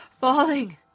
falling